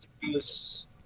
use